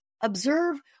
observe